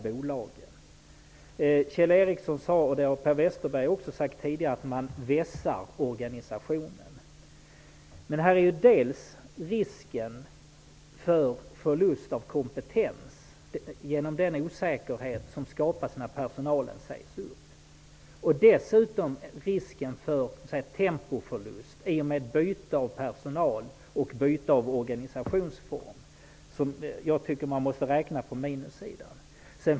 Både Kjell Ericsson och Per Westerberg har sagt att man vässar organisationen. Men vi har dels risken för förlust av kompetens genom den osäkerhet som skapas när personalen sägs upp. Dessutom har vi risken för tempoförlust i och med byte av personal och organisationsform. Detta tycker jag man måste räkna på minussidan.